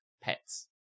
pets